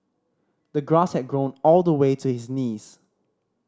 the grass had grown all the way to his knees